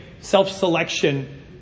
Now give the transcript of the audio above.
self-selection